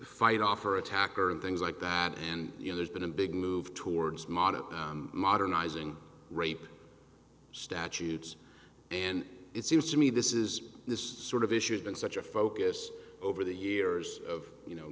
fight off her attacker and things like that and you know there's been a big move towards modern modernizing rape statutes and it seems to me this is this sort of issue has been such a focus over the years of you know